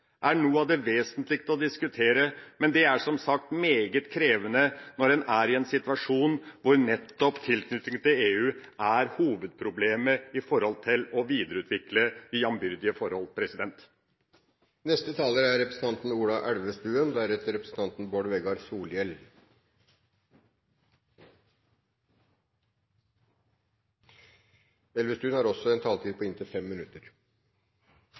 er noe av det vesentligste å diskutere, men det er som sagt meget krevende når en er i en situasjon hvor nettopp tilknytning til EU er hovedproblemet med hensyn til å videreutvikle de jambyrdige forhold. Det nordiske samarbeidet er unikt i internasjonal sammenheng. Gjennom 60 år har man løst mange hverdagslige problemer for folk i Norden. Man har